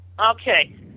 Okay